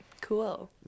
cool